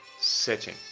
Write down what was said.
setting